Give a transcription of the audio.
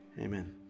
Amen